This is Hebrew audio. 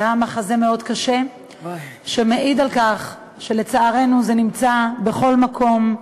היה מחזה מאוד קשה שמעיד על כך שלצערנו זה נמצא בכל מקום,